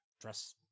dress